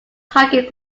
hiking